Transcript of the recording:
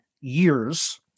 years